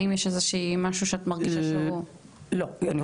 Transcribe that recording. האם יש משהו שאת מרגישה שהוא --- לא, לא